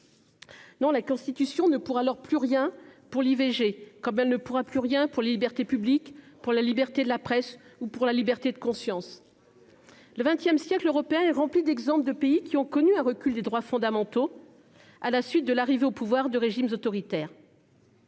Non, la Constitution ne pourra alors plus rien pour le droit à l'IVG, comme elle ne pourra plus rien pour les libertés publiques, pour la liberté de la presse ou pour la liberté de conscience. Le XX siècle européen est rempli d'exemples de pays qui ont connu un recul des droits fondamentaux à la suite de l'arrivée au pouvoir de régimes autoritaires.